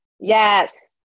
Yes